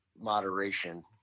moderation